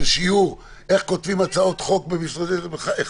שיעור איך כותבים הצעות חוק בחייך.